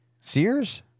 Sears